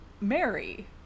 Mary